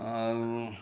ଆଉ